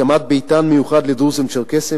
הקמת ביתן מיוחד לדרוזים וצ'רקסים